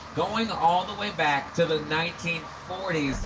going all the way back to the nineteen forty s.